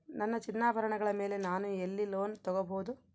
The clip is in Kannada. ನನ್ನ ಚಿನ್ನಾಭರಣಗಳ ಮೇಲೆ ನಾನು ಎಲ್ಲಿ ಲೋನ್ ತೊಗೊಬಹುದು?